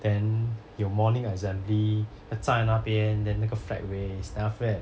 then 有 morning assembly then 站在那边 then 那个 flag raise then after that